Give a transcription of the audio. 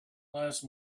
last